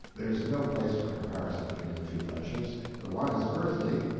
there is no place for comparison between the two friendships the one is earthly,